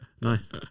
Nice